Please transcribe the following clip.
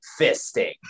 fisting